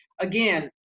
again